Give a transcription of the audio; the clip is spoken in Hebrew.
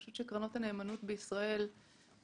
אני חושבת שקרנות הנאמנות בישראל נהנות